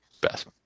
best